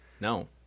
No